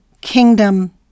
kingdom